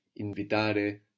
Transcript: invitare